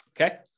Okay